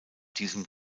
diesem